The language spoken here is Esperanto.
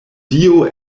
dio